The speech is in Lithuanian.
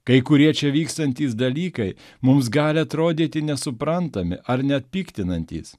kai kurie čia vykstantys dalykai mums gali atrodyti nesuprantami ar net piktinantys